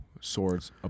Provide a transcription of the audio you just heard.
swords